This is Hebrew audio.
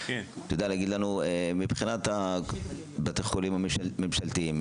אתה יודע להגיד לנו מבחינת בתי החולים הממשלתיים,